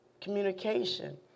communication